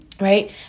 right